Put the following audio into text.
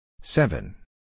Seven